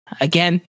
again